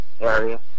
area